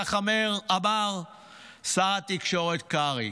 כך אמר שר התקשורת קרעי.